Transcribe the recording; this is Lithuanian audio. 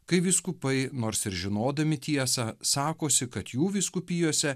kai vyskupai nors ir žinodami tiesą sakosi kad jų vyskupijose